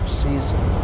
season